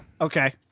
Okay